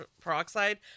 peroxide